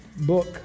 book